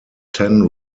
ten